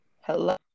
Hello